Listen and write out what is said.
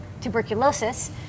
tuberculosis